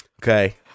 Okay